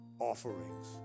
offerings